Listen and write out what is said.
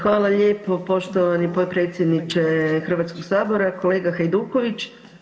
Hvala lijepo poštovani potpredsjedniče Hrvatskog sabora, kolega Hajduković.